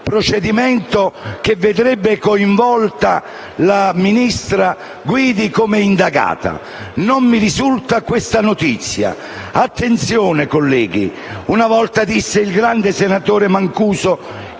procedimento che vedrebbe coinvolto il ministro Guidi come indagata. Non mi risulta questa notizia. Attenzione, colleghi, una volta il grande senatore Mancuso